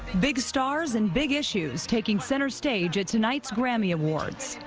big stars and big issues taking center stage at tonight's grammy awards.